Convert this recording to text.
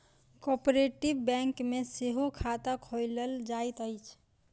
cooperative bank मे सेहो खाता खोलायल जाइत अछि